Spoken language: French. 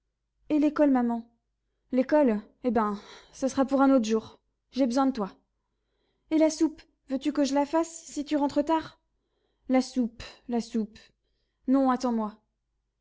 et l'école maman l'école eh bien ce sera pour un autre jour j'ai besoin de toi et la soupe veux-tu que je la fasse si tu rentres tard la soupe la soupe non attends-moi